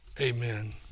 Amen